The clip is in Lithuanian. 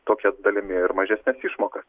tokia dalimi ir mažesnes išmokas